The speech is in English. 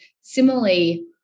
Similarly